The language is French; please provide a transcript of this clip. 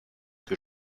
que